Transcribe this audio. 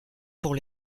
pour